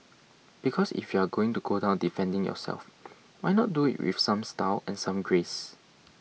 because if you are going to go down defending yourself why not do it with some style and some grace